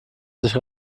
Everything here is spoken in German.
sich